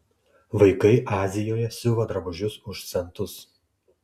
vaikai azijoje siuva drabužius už centus